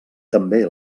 també